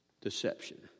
deception